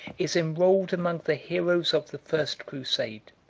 is enrolled among the heroes of the first crusade.